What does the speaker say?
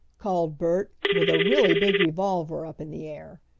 called bert, with a really big revolver up in the air.